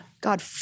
God